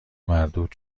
مردود